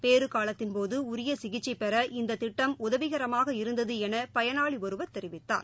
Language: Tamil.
பேறுகாலத்தின் போதஉரியசிகிச்சைபெற இந்ததிட்டம் உதவிகரமாக இருந்ததுஎனபயனாளிஒருவர் தெரிவித்தார்